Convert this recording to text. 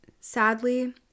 Sadly